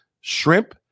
shrimp